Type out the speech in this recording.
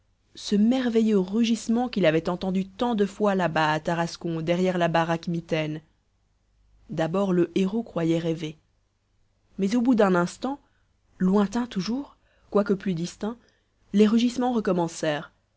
brise ce merveilleux rugissement qu'il avait entendu tant de fois là has à tarascon derrière la baraque mitaine d'abord le héros croyait rêver mais au bout d'un instant lointains toujours quoique plus distincts les rugissements recommencèrent